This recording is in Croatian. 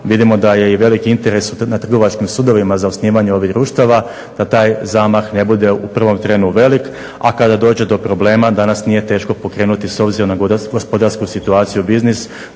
vidimo da je i veliki interes na trgovačkim sudovima za osnivanje ovih društava, da taj zamah ne bude u prvom trenu velik, a kada dođe do problema danas nije teško pokrenuti s obzirom na gospodarsku situaciju biznis